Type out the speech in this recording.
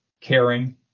caring